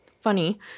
funny